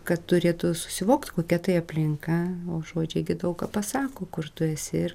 kad turėtų susivokt kokia tai aplinka o žodžiai gi daug ką pasako kur tu esi ir